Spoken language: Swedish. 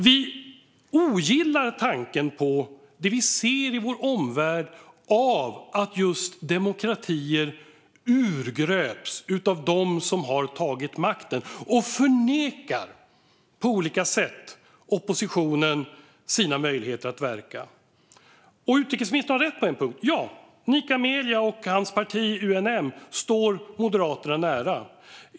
Vi ogillar tanken på det vi ser i vår omvärld av att demokratier urgröps av dem som har tagit makten och på olika sätt nekar oppositionen dess möjligheter att verka. Utrikesministern har rätt på en punkt: Nika Melia och hans parti UNM står Moderaterna nära.